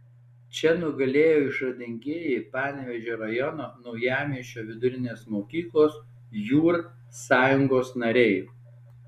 čia nugalėjo išradingieji panevėžio rajono naujamiesčio vidurinės mokyklos jūr sąjungos nariai